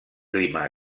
clima